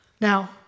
Now